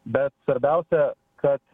bet svarbiausia kad